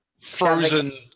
frozen